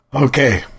Okay